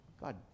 God